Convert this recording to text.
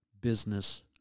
business